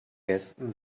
gästen